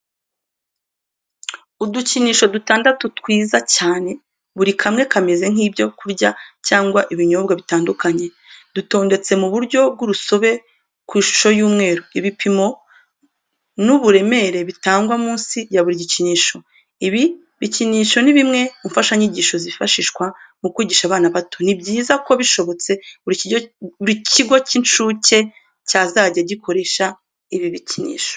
Udukinisho dutandatu twiza cyane, buri kamwe kameze nk'ibyo kurya cyangwa ibinyobwa bitandukanye, dutondetse mu buryo bw'urusobe ku ishusho y'umweru. Ibipimo n'uburemere bitangwa munsi ya buri gikinisho. Ibi bikinisho ni bimwe mu mfashanyigisho byifashishwa mu kwigisha abana bato, ni byiza ko bishobotse buri kigo cy'incuke cyazajya gikoresha ibi bikinisho.